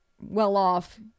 well-off